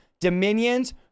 dominions